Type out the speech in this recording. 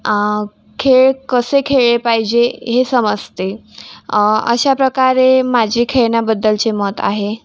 खेळ कसे खेळले पाहिजे हे समजते अशाप्रकारे माझे खेळण्याबद्दलचे मत आहे